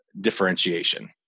differentiation